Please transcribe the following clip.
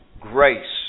grace